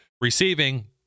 receiving